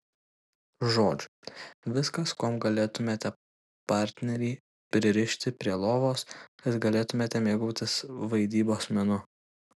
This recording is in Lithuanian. žodžiu viskas kuom galėtumėte partnerį pririšti prie lovos kad galėtumėte mėgautis vaidybos menu